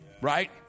Right